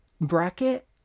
Bracket